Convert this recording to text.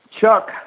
Chuck